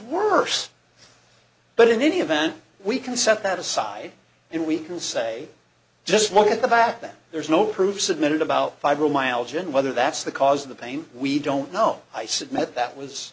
worse but in any event we can set that aside and we can say just look at the fact that there's no proof submitted about fibromyalgia and whether that's the cause of the pain we don't know i submit that was